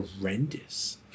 horrendous